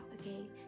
okay